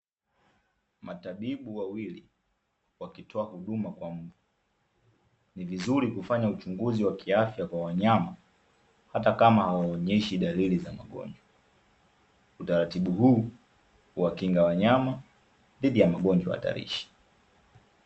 Matabibu wawili, wakitoa huduma kwa mbwa. Ni vizuri kufanya uchunguzi wa kiafya kwa wanyama, hata kama hawaonyeshi dalili za magonjwa. Utaratibu huu, huwakinga wanyama dhidi ya magonjwa hatarishi.